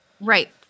Right